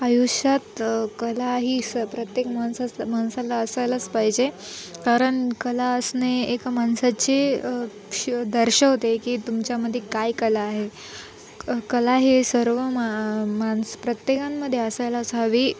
आयुष्यात कला ही स प्रत्येक माणसास माणसाला असायलाच पाहिजे कारण कला असणे एका माणसाचे श दर्शवते की तुमच्यामध्ये काय कला आहे कला हे सर्व मा माणसं प्रत्येकांमध्ये असायलाच हवी